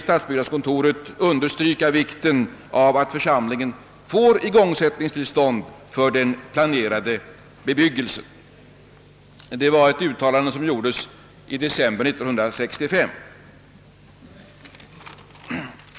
Stadsbyggnadskontoret vill därför understryka vikten av att församlingen får igångsättningstillstånd för den planerade bebyggelsen. Detta uttalande gjordes i december 1965.